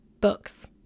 books